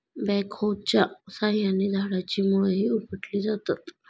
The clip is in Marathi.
बॅकहोच्या साहाय्याने झाडाची मुळंही उपटली जातात